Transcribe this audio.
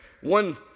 One